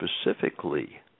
specifically